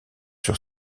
sur